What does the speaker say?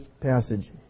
passage